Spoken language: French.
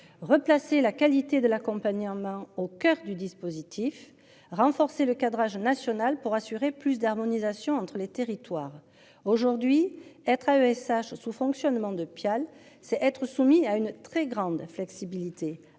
Replacer la qualité de l'accompagnement au coeur du dispositif renforcé le cadrage national pour assurer plus d'harmonisation entre les territoires aujourd'hui être à ESH sous fonctionnement de pial c'est être soumis à une très grande flexibilité